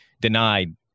denied